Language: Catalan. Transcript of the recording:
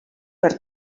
per